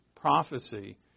prophecy